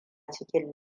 cikin